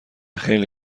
خیلی